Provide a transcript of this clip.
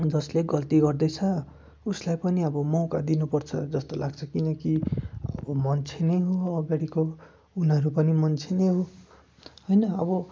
जसले गल्ती गर्दैछ उसलाई पनि अब मौका दिनुपर्छ जस्तो लाग्छ किनकि अब मान्छे नै हो अगाडिको उनीहरू पनि मान्छे नै हो होइन अब